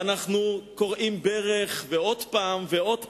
ואנחנו כורעים ברך ועוד פעם ועוד פעם,